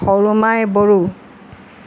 Sarumai Bodo